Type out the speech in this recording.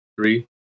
Three